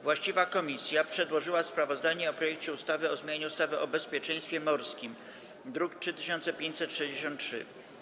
Właściwa komisja przedłożyła sprawozdanie o projekcie ustawy o zmianie ustawy o bezpieczeństwie morskim, druk nr 3563.